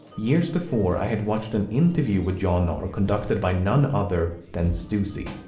years before, i had watched an interview with jon naar conducted by none other than stussy.